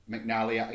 McNally